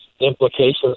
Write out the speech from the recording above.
implications